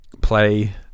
play